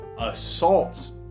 assaults